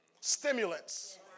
Stimulants